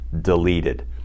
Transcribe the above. deleted